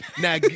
Now